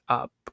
up